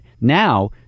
Now